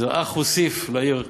וזה אך הוסיף לעיר,